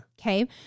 okay